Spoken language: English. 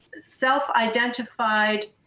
self-identified